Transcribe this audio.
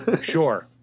Sure